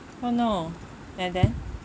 oh no and then